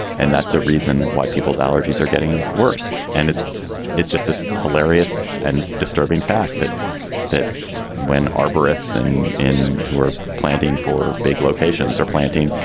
and that's a reason why people's allergies are getting worse. and it's it's just as hilarious and disturbing fact that that when arborists and in who are planting for big locations or planting,